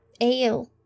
ale